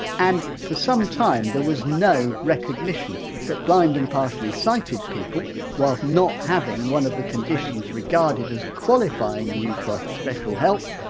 and for some time, there was no recognition that blind and partially sighted people, whilst not having one of the conditions regarded as qualifying you for special help,